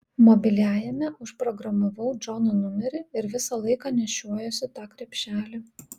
mobiliajame užprogramavau džono numerį ir visą laiką nešiojuosi tą krepšelį